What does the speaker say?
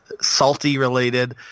salty-related